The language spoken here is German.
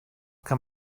kann